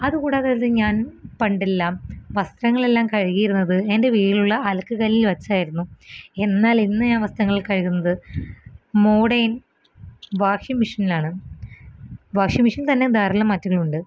അതുകൂടാതെ അത് ഞാൻ പണ്ടെല്ലാം വസ്ത്രങ്ങളെല്ലാം കഴുകീരുന്നത് എൻ്റെ വീടിലുള്ള അലക്കുകല്ലിൽ വെച്ചായിരുന്നു എന്നാലിന്ന് ഞാൻ വസ്ത്രങ്ങൾ കഴുകുന്നത് മോഡേൺ വാഷിങ് മിഷിനിലാണ് വാഷിങ് മിഷീനിത്തന്നെ ധാരാളം മാറ്റങ്ങളുണ്ട്